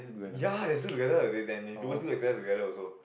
!ya! let's do together then they always do exercise together also